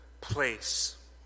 place